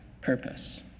purpose